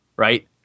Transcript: Right